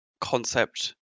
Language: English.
concept